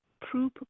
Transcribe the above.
proof